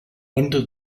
under